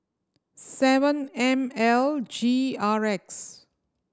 seven M L G R X